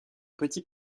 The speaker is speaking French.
petit